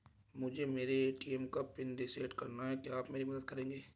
मुझे मेरे ए.टी.एम का पिन रीसेट कराना है क्या आप मेरी मदद करेंगे?